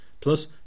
Plus